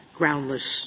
groundless